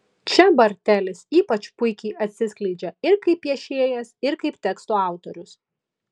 čia bartelis ypač puikiai atsiskleidžia ir kaip piešėjas ir kaip tekstų autorius